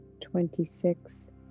Twenty-six